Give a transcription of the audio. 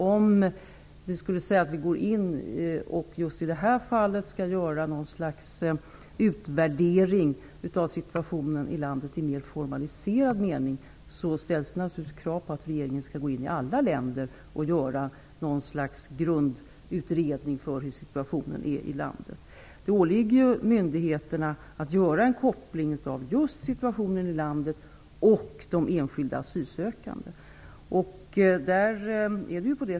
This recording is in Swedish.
Om regeringen just i detta fall skulle göra en utvärdering av situationen i landet i en mer formaliserad mening, ställs det krav på att regeringen skall gå in och göra något slags grundutredning beträffande situationen i alla länder. Det åligger myndigheterna att göra en koppling mellan situationen i landet och de enskilda asylsökandena.